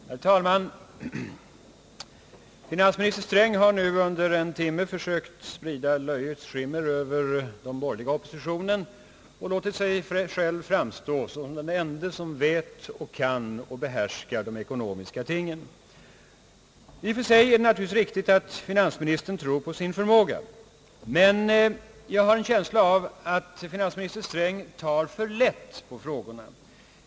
Herr talman! Finansminister Sträng har nu under en timme försökt sprida löjets skimmer över den borgerliga oppositionen och låtit sig själv framstå som den ende, som vet och kan och behärskar de ekonomiska tingen. I och för sig är det naturligtvis riktigt att finansministern tror på sin förmåga, men jag har en känsla av att finansminister Sträng tar för lätt på frågorna.